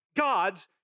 God's